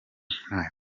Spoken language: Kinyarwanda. nta